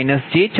165 p